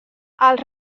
els